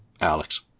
Alex